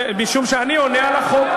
משום שאני עונה על החוק.